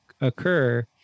occur